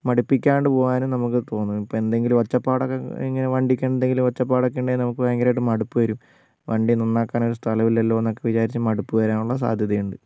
മടുപ്പിക്കാണ്ട് പോവാനും നമുക്ക് തോന്നും ഇപ്പോൾ എന്തെങ്കിലും ഒച്ചപ്പാടൊക്കെ ഇങ്ങനെ വണ്ടിക്കെന്തെങ്കിലും ഒച്ചപ്പാടൊക്കെ ഉണ്ടെങ്കിൽ നമുക്ക് ഭയങ്കരമായിട്ട് മടുപ്പ് വരും വണ്ടി നന്നാക്കാനൊരു സ്ഥലമില്ലല്ലോ എന്നൊക്കെ വിചാരിച്ച് മടുപ്പ് വരാനുള്ള സാധ്യതയുണ്ട്